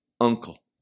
uncle